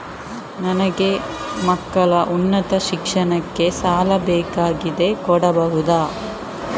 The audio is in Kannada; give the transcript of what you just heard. ನನಗೆ ಮಕ್ಕಳ ಉನ್ನತ ಶಿಕ್ಷಣಕ್ಕೆ ಸಾಲ ಬೇಕಾಗಿದೆ ಕೊಡಬಹುದ?